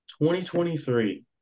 2023